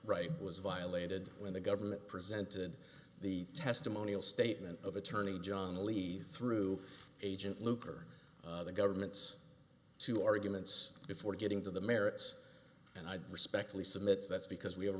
right was violated when the government presented the testimonial statement of attorney john leaves through agent luke or the government's two arguments before getting to the merits and i respectfully submit that's because we have a